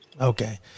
Okay